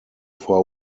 four